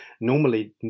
normally